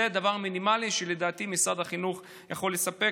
זה דבר מינימלי שלדעתי משרד החינוך יכול לספק.